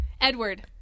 Edward